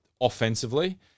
offensively